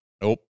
nope